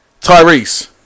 Tyrese